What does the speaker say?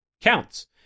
counts